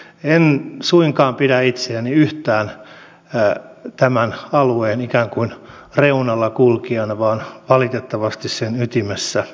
en suinkaan pidä itseäni yhtään tämän alueen ikään kuin reunalla kulkijana vaan valitettavasti sen ytimessä